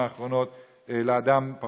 האחרונות הודיעו לאדם במדינת ישראל על סגירת